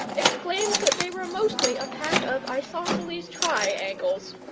exclaims that they were mostly a pack of isosceles try angles,